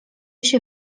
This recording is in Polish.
się